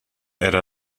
era